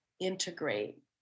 integrate